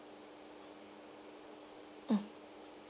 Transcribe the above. mm